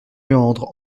méandres